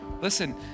listen